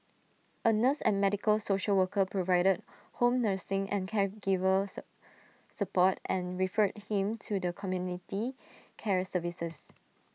A nurse and medical social worker provided home nursing and caregiver sir support and referred him to the community care services